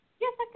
Yes